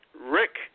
Rick